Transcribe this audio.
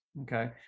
okay